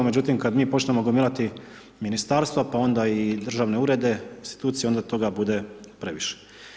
Međutim, kad mi počmemo gomilati Ministarstva, pa onda i državne urede, institucije, onda toga bude previše.